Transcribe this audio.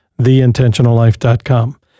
TheIntentionalLife.com